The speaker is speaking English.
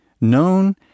known